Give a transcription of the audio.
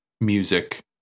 music